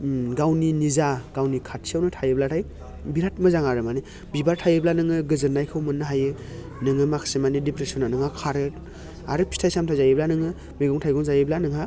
गावनि निजा गावनि खाथियावनो थायोब्लाथाय बिराद मोजां आरो माने बिबार थायोब्ला नोङो गोजोननायखौ मोननो हायो नोङो माखासे मानि डिप्रेसना नोंहा खारो आरो फिथाइ सामथाय जायोब्ला नोङो मैगं थाइगं जायोब्ला नोंहा